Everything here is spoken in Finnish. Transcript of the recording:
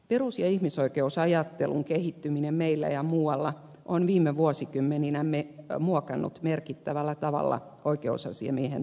perus ja ihmisoikeusajattelun kehittyminen meillä ja muualla on viime vuosikymmeninä muokannut merkittävällä tavalla oikeusasiamiehen toimintaa